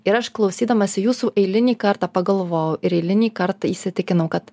ir aš klausydamasi jūsų eilinį kartą pagalvojau ir eilinį kartą įsitikinau kad